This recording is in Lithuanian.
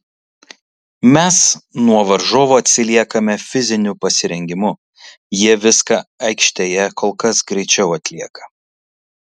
mes nuo varžovų atsiliekame fiziniu pasirengimu jie viską aikštėje kol kas greičiau atlieka